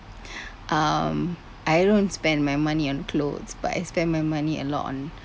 um I don't spend my money on clothes but I spend my money a lot on